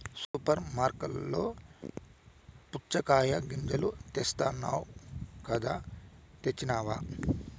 super మార్కట్లలో పుచ్చగాయ గింజలు తెస్తానన్నావ్ కదా తెచ్చినావ